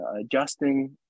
adjusting